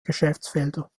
geschäftsfelder